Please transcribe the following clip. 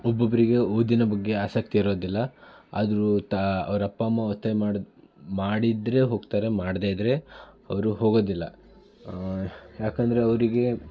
ಒಬ್ಬೊಬ್ಬರಿಗೆ ಓದಿನ ಬಗ್ಗೆ ಆಸಕ್ತಿ ಇರೋದಿಲ್ಲ ಆದ್ರೂ ತಾ ಅವ್ರ ಅಪ್ಪ ಅಮ್ಮ ಒತ್ತಾಯ ಮಾಡುದ ಮಾಡಿದರೆ ಹೋಗ್ತಾರೆ ಮಾಡದೇ ಇದ್ದರೆ ಅವರು ಹೋಗೋದಿಲ್ಲ ಯಾಕಂದ್ರೆ ಅವರಿಗೆ